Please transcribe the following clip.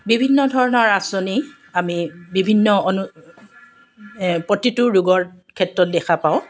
বিভিন্ন ধৰণৰ আঁচনি আমি বিভিন্ন অনু প্ৰতিটো ৰোগৰ ক্ষেত্ৰত দেখা পাওঁ